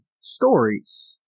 stories